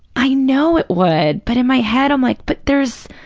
i know it would, but in my head, i'm like, but there's,